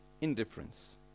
indifference